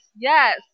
yes